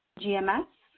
gms.